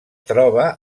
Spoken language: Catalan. troba